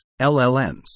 LLMs